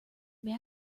may